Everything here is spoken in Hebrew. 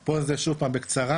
פה זה שוב פעם בקצרה,